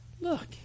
look